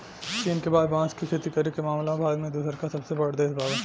चीन के बाद बांस के खेती करे के मामला में भारत दूसरका सबसे बड़ देश बावे